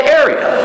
area